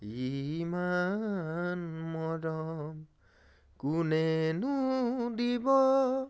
ইমান মৰম কোনেনো দিব